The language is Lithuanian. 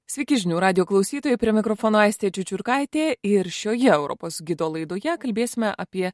sveiki žinių radijo klausytojai prie mikrofono aistė čiučiurkaitė ir šioje europos gido laidoje kalbėsime apie